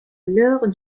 l’heure